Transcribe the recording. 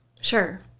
Sure